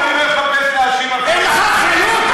מחפש להאשים אף אחד, יש לך אחריות.